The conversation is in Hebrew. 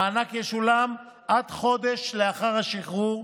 המענק ישולם עד חודש לאחר השחרור.